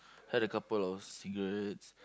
had a couple of cigarettes